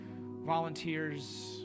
volunteers